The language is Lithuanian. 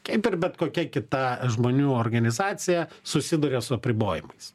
kaip ir bet kokia kita žmonių organizacija susiduria su apribojimais